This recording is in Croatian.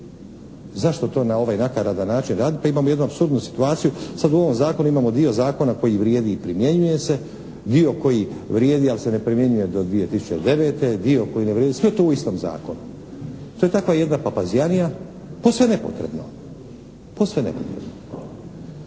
Zašto to na ovaj nakaradan način radite, pa imamo jednu apsurdnu situaciju, sad u ovom zakonu imamo dio zakona koji vrijedi i primjenjuje se, dio koji vrijedi ali se ne primjenjuje do 2009., dio koji ne vrijedi, sve je to u istom zakonu. To je takva jedna papazjanija, posve nepotrebno. Ambicija je